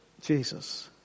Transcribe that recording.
Jesus